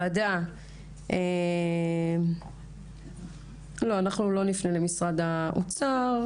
לא, אנחנו לא נפנה למשרד האוצר.